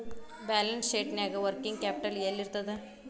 Balance ಶೇಟ್ನ್ಯಾಗ working capital ಯೆಲ್ಲಿರ್ತದ?